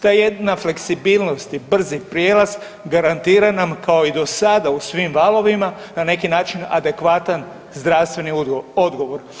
Ta jedna fleksibilnost i brzi prijelaz garantira nam kao i do sada u svim valovima na neki način adekvatan zdravstveni odgovor.